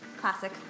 Classic